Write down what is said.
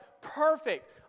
Perfect